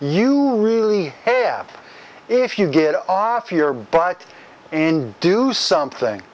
you really have if you get off your butt and do something